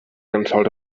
llençols